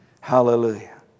Hallelujah